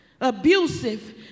abusive